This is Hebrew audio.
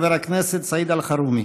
חבר הכנסת סעיד אלחרומי.